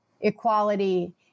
equality